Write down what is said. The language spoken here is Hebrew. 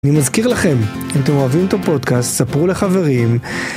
אני מזכיר לכם, אם אתם אוהבים את הפודקאסט, ספרו לחברים.